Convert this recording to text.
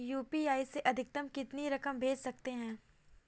UPI से अधिकतम कितनी रकम भेज सकते हैं?